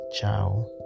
ciao